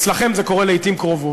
אצלכם זה קורה לעתים קרובות.